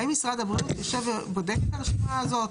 האם משרד הבריאות יושב ובודק את הרשימה הזאת?